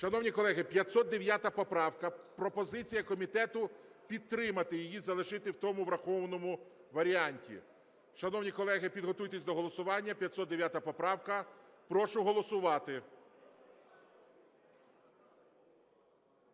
Шановні колеги, 509 поправка. Пропозиція комітету: підтримати її, залишити в тому врахованому варіанті. Шановні колеги, підготуйтесь до голосування. 509 поправка. Прошу голосувати.